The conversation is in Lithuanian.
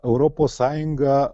europos sąjunga